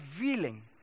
revealing